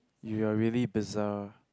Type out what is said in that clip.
you are really bizzare